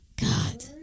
God